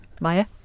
Maya